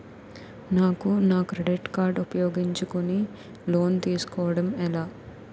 నాకు నా credit card ఉపయోగించుకుని లోన్ తిస్కోడం ఎలా?